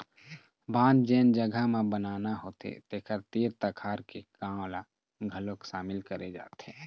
बांध जेन जघा म बनाना होथे तेखर तीर तखार के गाँव ल घलोक सामिल करे जाथे